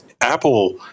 Apple